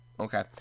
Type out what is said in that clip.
Okay